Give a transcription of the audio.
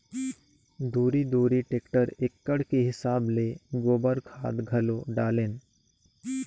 दूरी दूरी टेक्टर एकड़ के हिसाब ले गोबर खाद घलो डालेन